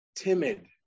timid